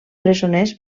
presoners